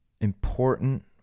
important